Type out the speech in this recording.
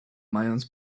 mając